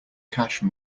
cache